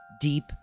deep